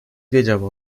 wiedział